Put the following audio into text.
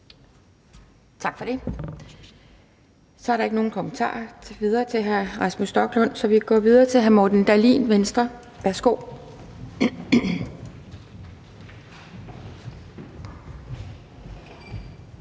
Tak for det. Der er ikke flere kommentarer til hr. Rasmus Stoklund, så vi går videre til hr. Morten Dahlin, Venstre. Værsgo.